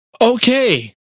Okay